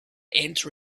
enter